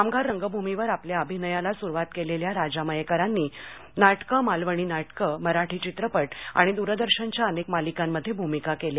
कामगार रंगभूमीवर आपल्या अभियानाला सुरुवात केलेल्या राजा मयेकरांनी नाटकं मालवणी नाटकं मराठी चित्रपट आणि दूरदर्शनच्या अनेक मालिकांमधे भूमिका केल्या